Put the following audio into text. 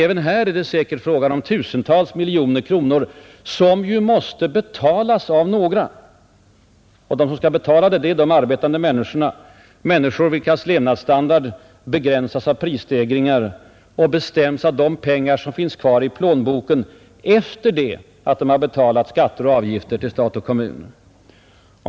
Även här är det säkert fråga om många tusentals miljoner kronor som måste betalas av några. Och de som skall betala är de arbetande människorna, människor vilkas levnadsstandard begränsats av prisstegringar och bestäms av de pengar som finns kvar i plånboken, efter det att de betalat skatter och avgifter till stat och kommun.